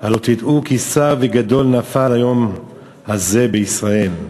"הלוא תדעו כי שר וגדול נפל היום הזה בישראל".